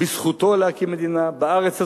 מכוח זכותו להקים מדינה בארץ הזאת,